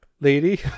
lady